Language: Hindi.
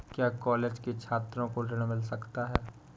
क्या कॉलेज के छात्रो को ऋण मिल सकता है?